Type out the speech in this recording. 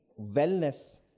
wellness